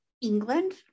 England